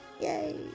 Yay